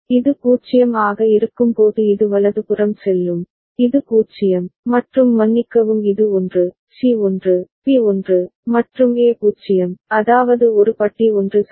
இது 0 ஆக இருக்கும்போது இது வலதுபுறம் செல்லும் இது 0 மற்றும் மன்னிக்கவும் இது 1 சி 1 பி 1 மற்றும் ஏ 0 அதாவது ஒரு பட்டி 1 சரி